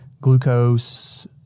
glucose